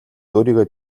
өөрийгөө